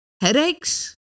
headaches